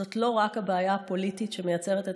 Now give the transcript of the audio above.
זאת לא רק הבעיה הפוליטית שמייצרת את